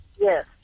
Yes